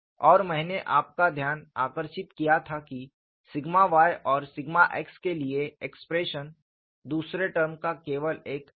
और मैंने आपका ध्यान आकर्षित किया था कि सिग्मा y और सिग्मा x के लिए एक्सप्रेशन दूसरे टर्म का केवल एक साइन परिवर्तन है